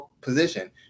position